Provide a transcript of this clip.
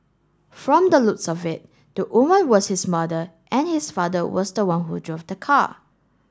from the looks of it the woman was his mother and his father was the one who drove the car